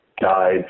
guide